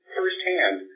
firsthand